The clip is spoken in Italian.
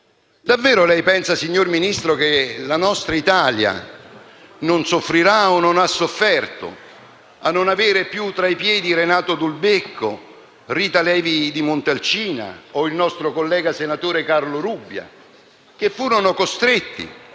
Davvero lei pensa, signor Ministro, che la nostra Italia non soffrirà o non ha sofferto a non avere più tra i piedi Renato Dulbecco, Rita Levi Montalcini o il nostro collega, senatore Carlo Rubbia, che furono costretti